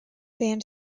band